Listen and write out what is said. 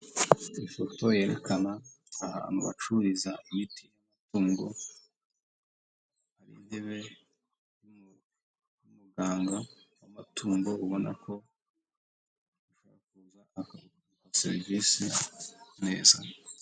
Ifoto yerekana ahantu bacururiza imiti y'amatungo, hari intebe y'umuganga w'amatungo ubona ko ashaka kuzaza serivisi neza.